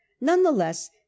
Nonetheless